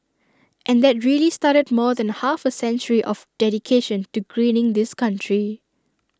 and that really started more than half A century of dedication to greening this country